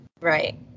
Right